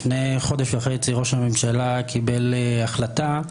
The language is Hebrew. לפני חודש וחצי ראש הממשלה קיבל החלטה,